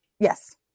yes